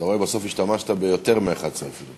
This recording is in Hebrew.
אתה רואה, בסוף השתמשת ביותר מ-11 דקות.